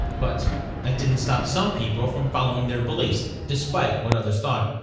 but that didn't stop some people from following their beliefs despite what others thought.